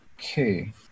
Okay